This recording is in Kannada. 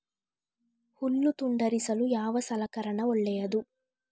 ಹುಲ್ಲು ತುಂಡರಿಸಲು ಯಾವ ಸಲಕರಣ ಒಳ್ಳೆಯದು?